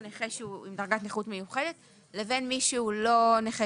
נכה עם דרגת מיוחדת לבין מי שהוא לא עם